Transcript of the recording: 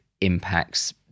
impacts